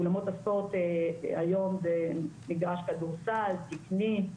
אולמות הספורט היום כוללים מגרש כדורסל תקני,